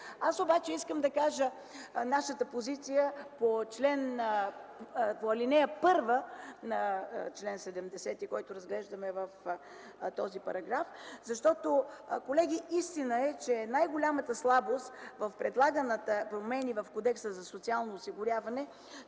Аз обаче искам да кажа нашата позиция по ал. 1 на чл. 70, който разглеждаме в този параграф. Колеги, истина е, че най-голямата слабост в предлаганите промени в Кодекса за социално осигуряване,